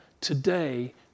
today